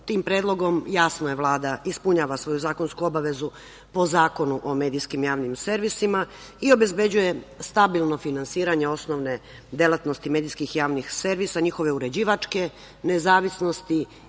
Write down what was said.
tim predlogom, jasno je, Vlada ispunjava svoju zakonsku obavezu po Zakonu o medijskim javnim servisima i obezbeđuje stabilno finansiranje osnovne delatnosti medijskih javnih servisa, njihove uređivačke nezavisnosti,